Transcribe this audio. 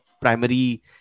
primary